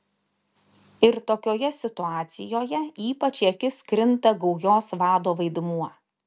ir tokioje situacijoje ypač į akis krinta gaujos vado vaidmuo